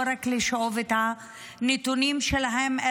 לא רק לשאוב את הנתונים שלהם,